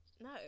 No